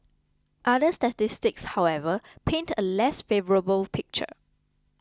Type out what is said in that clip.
other statistics however paint a less favourable picture